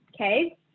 okay